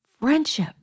Friendship